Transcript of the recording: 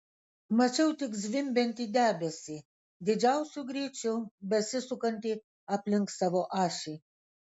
mačiau tik zvimbiantį debesį didžiausiu greičiu besisukantį aplink savo ašį